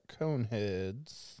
Coneheads